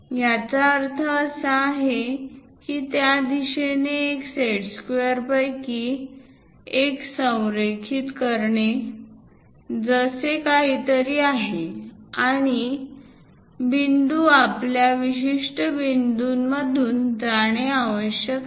याचा अर्थ असा आहे की त्या दिशेने एक सेट स्क्वेअरपैकी एक संरेखित करणे असे काहीतरी आहे आणि बिंदू आमच्या विशिष्ट बिंदूंमधून जाणे आवश्यक आहे